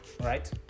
right